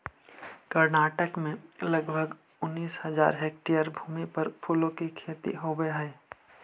कर्नाटक में लगभग उनीस हज़ार हेक्टेयर भूमि पर फूलों की खेती होवे हई